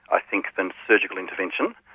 i think, than surgical intervention,